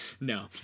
No